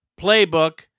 playbook